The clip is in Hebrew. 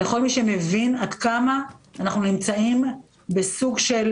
לכל מי שמבין עד כמה אנחנו נמצאים בסוג של